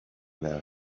their